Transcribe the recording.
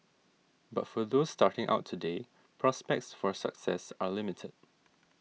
but for those starting out today prospects for success are limited